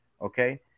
Okay